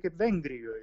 kaip vengrijoj